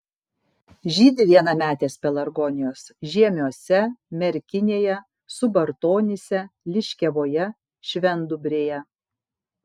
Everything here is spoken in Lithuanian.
žydi vienametės pelargonijos žiemiuose merkinėje subartonyse liškiavoje švendubrėje